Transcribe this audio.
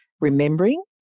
Remembering